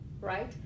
right